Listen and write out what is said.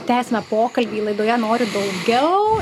tęsiame pokalbį laidoje noriu daugiau